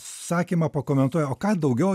sakymą pakomentuoja o ką daugiau